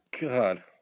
God